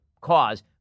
cause